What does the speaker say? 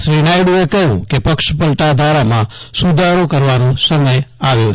શ્રી નાયડુએ કહ્યું કે પક્ષપલટા ધારામાં સુધારો કરવાનો સમય આવ્યો છે